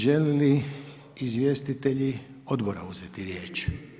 Želi li izvjestitelji odbora uzeti riječ?